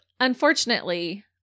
unfortunately